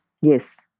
yes